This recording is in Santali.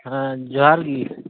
ᱦᱮᱸ ᱡᱚᱦᱟᱨ ᱜᱮ